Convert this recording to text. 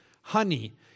honey